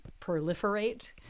proliferate